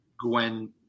Gwen